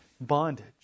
bondage